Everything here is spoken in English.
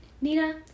Nina